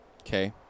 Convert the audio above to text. Okay